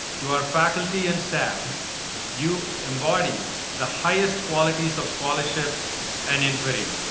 to our faculty and staff you embody the highest qualities of scholarship and inquiry.